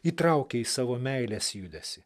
įtraukė į savo meilės judesį